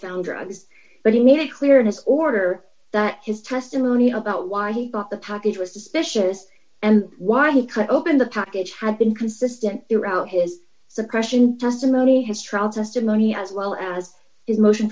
found drugs but he made it clear in his order that his testimony about why he thought the package was suspicious and why he could open the package had been consistent throughout his suppression testimony his trial system only as well as his motion